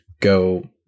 go –